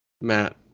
Matt